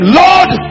lord